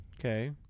Okay